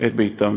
את ביתן.